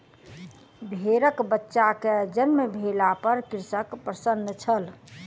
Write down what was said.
भेड़कबच्चा के जन्म भेला पर कृषक प्रसन्न छल